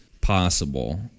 possible